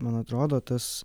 man atrodo tas